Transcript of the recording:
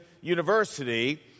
University